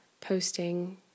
posting